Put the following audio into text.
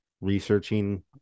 researching